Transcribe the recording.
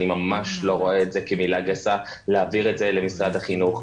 אני ממש לא רואה את זה כמילה גסה להעביר את זה למשרד החינוך.